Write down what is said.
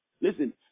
Listen